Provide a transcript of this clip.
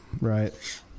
Right